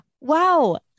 Wow